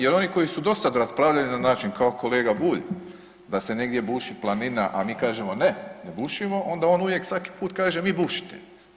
Jer oni koji su do sad raspravljali na način kao kolega Bulj da se negdje buši planina, a mi kažemo ne, ne bušimo onda on uvijek svaki put kaže vi bušite.